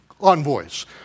envoys